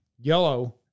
Yellow